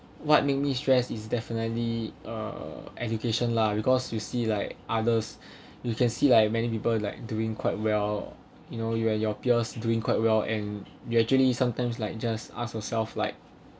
what make me stress is definitely uh education lah because you see like others you can see like many people like doing quite well you know you and your peers doing quite well and you actually sometimes like just ask yourself like